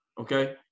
Okay